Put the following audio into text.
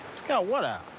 scout what out?